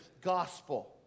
gospel